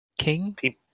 king